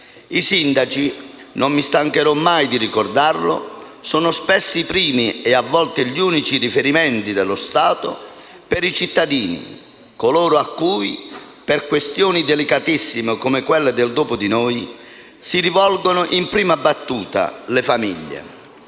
I sindaci, non mi stancherò mai di ricordarlo, sono spesso i primi e a volte gli unici riferimenti dello Stato per i cittadini, coloro a cui per questioni delicatissime, come quelle del "dopo di noi", si rivolgono in prima battuta le famiglie.